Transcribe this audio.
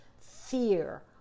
fear